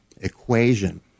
equation